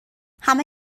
همه